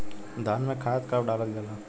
धान में खाद कब डालल जाला?